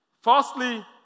Firstly